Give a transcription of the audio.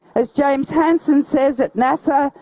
as james hansen says at nasa,